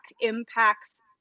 impacts